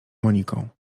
moniką